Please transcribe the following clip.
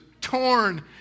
torn